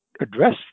address